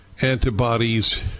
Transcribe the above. antibodies